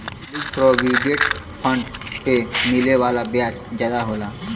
public provident fund पे मिले वाला ब्याज जादा होला